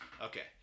Okay